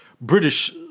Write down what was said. British